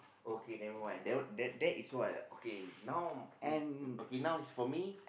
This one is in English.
okay never mind that one that that is why okay now is okay now is for me